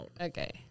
Okay